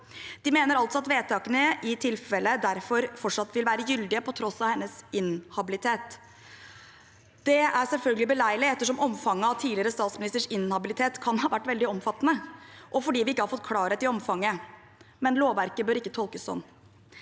mv. 2024 i tilfelle derfor fortsatt vil være gyldige på tross av hennes inhabilitet. Det er selvfølgelig beleilig ettersom omfanget av tidligere statsministers inhabilitet kan ha vært veldig omfattende, og fordi vi ikke har fått klarhet i omfanget, men lovverket bør ikke tolkes sånn.